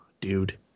dude